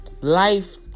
life